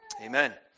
Amen